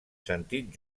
sentit